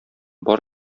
бар